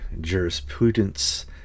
jurisprudence